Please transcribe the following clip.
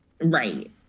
Right